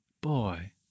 boy